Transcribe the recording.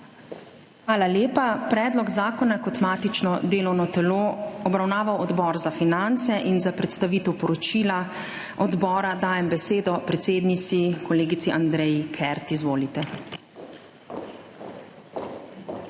Hvala lepa. Predlog zakona je kot matično delovno telo obravnaval Odbor za finance. Za predstavitev poročila odbora dajem besedo predsednici, kolegici Andreji Kert. Izvolite.